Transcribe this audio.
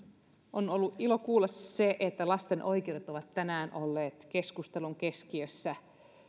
on ollut ilo kuulla se se että lasten oikeudet ovat tänään olleet keskustelun keskiössä